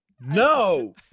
No